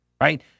right